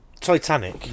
Titanic